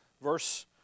verse